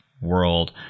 world